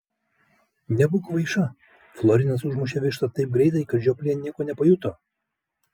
nebūk kvaiša florinas užmušė vištą taip greitai kad žioplė nieko nepajuto